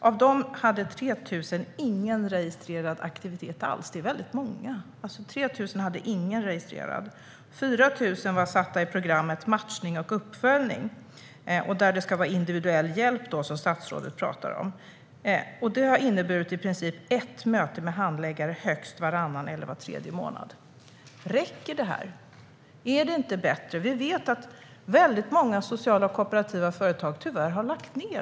Av dem hade 3 000 ingen registrerad aktivitet alls. Det är väldigt många. 3 000 människor hade alltså ingen registrerad aktivitet. 4 000 var satta i programmet för matchning och uppföljning, där det - som statsrådet talar om - ska vara individuell hjälp. Det har i princip inneburit ett möte med handläggare högst varannan eller var tredje månad. Räcker detta? Vi vet att väldigt många sociala och kooperativa företag tyvärr har lagts ned.